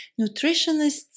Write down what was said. nutritionists